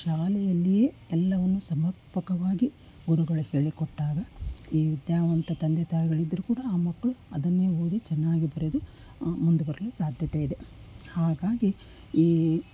ಶಾಲೆಯಲ್ಲಿಯೇ ಎಲ್ಲವನ್ನೂ ಸಮರ್ಪಕವಾಗಿ ಗುರುಗಳು ಹೇಳಿಕೊಟ್ಟಾಗ ಈ ವಿದ್ಯಾವಂತ ತಂದೆ ತಾಯಿಗಳಿದ್ದರೂ ಕೂಡ ಆ ಮಕ್ಕಳು ಅದನ್ನೇ ಓದಿ ಚೆನ್ನಾಗಿ ಬರೆದು ಮುಂದೆ ಬರಲು ಸಾಧ್ಯತೆ ಇದೆ ಹಾಗಾಗಿ ಈ